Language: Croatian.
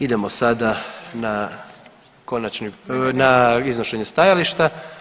Idemo sada na iznošenje stajališta.